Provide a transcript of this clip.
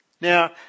Now